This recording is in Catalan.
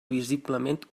visiblement